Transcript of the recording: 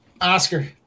Oscar